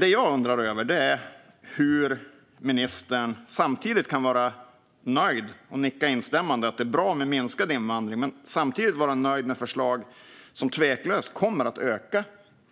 Det jag undrar över är hur ministern samtidigt kan nicka instämmande till att det är bra med minskad invandring och vara nöjd med förslag som tveklöst kommer att öka